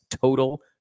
total